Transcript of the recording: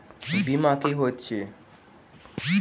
बीमा की होइत छी?